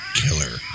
killer